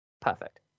Perfect